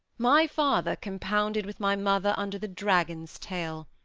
my father compounded with my mother under the dragon's tail,